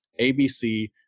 ABC